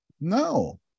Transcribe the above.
No